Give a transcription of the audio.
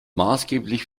maßgeblich